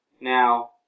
Now